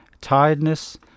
Tiredness